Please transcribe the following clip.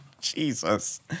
Jesus